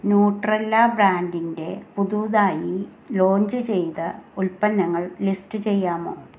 ന്യൂട്രെല ബ്രാൻഡിന്റെ പുതുതായി ലോഞ്ച് ചെയ്ത ഉൽപ്പന്നങ്ങൾ ലിസ്റ്റ് ചെയ്യാമോ